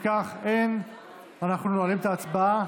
אם כך, אנחנו נועלים את ההצבעה.